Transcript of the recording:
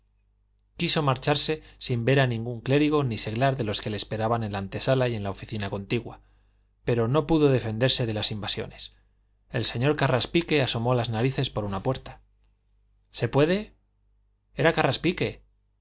quiso marcharse sin ver a ningún clérigo ni seglar de los que esperaban en la antesala y en la oficina contigua pero no pudo defenderse de las invasiones el señor carraspique asomó las narices por una puerta se puede era